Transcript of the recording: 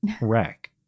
Rack